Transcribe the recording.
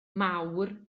mawr